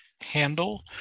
handle